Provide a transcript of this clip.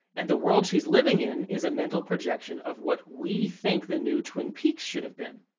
and the world she's living in is a mental projection of what we think the new twin peaks should have been.